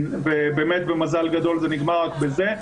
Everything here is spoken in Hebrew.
באמת במזל גדול זה נגמר רק בזה,